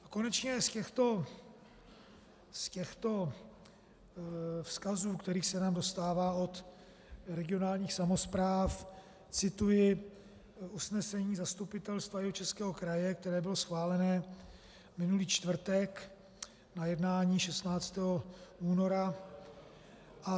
A konečně z těchto vzkazů, kterých se nám dostává od regionálních samospráv, cituji usnesení Zastupitelstva Jihočeského kraje, které bylo schváleno minulý čtvrtek, na jednání 16. února 2017.